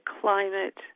climate